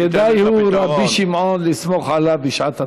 כדאי הוא רבי שמעון לסמוך עליו בשעת הדחק.